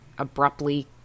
abruptly